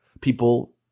People